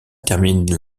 termine